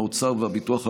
משרד האוצר והביטוח הלאומי,